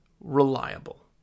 reliable